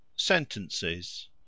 Sentences